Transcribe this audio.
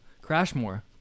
Crashmore